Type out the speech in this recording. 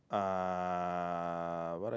uh what I